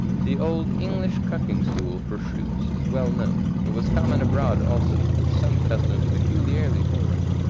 the old english cucking-stool for shrews is well known it was common abroad also, with some customs peculiarly foreign.